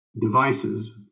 devices